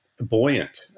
buoyant